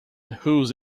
whose